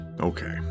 Okay